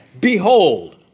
Behold